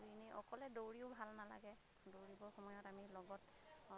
ইনেই অকলে দৌৰিও ভাল নালাগে দৌৰিব সময়ত আমি লগত